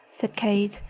said kate.